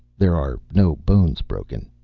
there are no bones broken.